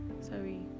Sorry